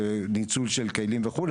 וניצול של כלים וכו',